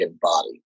body